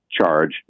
charge